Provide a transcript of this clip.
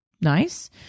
nice